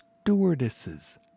Stewardesses